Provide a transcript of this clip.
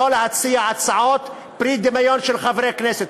ולא צריך להציע הצעות פרי דמיון של חברי כנסת.